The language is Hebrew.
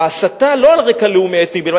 שהסתה לא על רקע לאומי אתני בלבד,